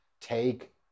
take